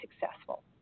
successful